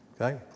Okay